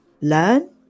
learn